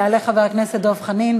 יעלה חבר הכנסת דב חנין.